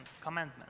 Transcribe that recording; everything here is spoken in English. commandment